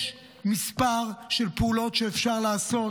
יש מספר של פעולות שאפשר לעשות,